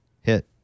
Hit